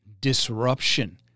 disruption